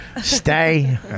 Stay